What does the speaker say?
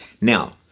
Now